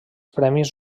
premis